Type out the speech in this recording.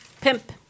Pimp